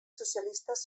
socialistes